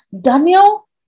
Daniel